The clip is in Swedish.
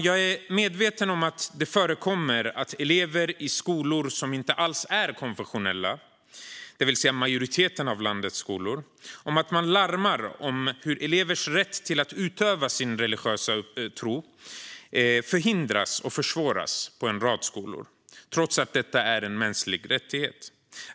Jag är medveten om att det förekommer att man i skolor som inte alls är konfessionella, det vill säga majoriteten av landets skolor, larmar om hur elevers rätt att utöva sin religiösa tro förhindras och försvåras trots att detta är en mänsklig rättighet.